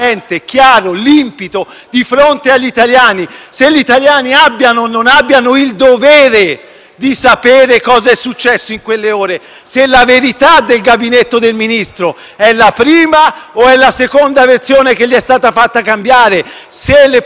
di sapere cosa è successo in quelle ore, se la verità del Gabinetto del Ministro sia nella prima o nella seconda versione (che gli è stata fatta cambiare) se le posizioni prese dal Presidente del Consiglio e dal ministro Toninelli siano state o no frutto di